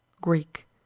Greek